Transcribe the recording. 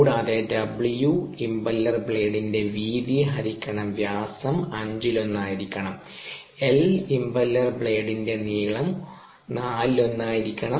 കൂടാതെ W impeller ബ്ലേഡിന്റെ വീതി ഹരിക്കണം വ്യാസം അഞ്ചിലൊന്ന് ആയിരിക്കണം L ഇംപെല്ലർ ബ്ലേഡിന്റെ നീളം നാലിലൊന്നായിരിക്കണം